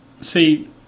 See